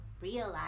realize